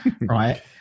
right